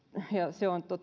se on